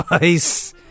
Nice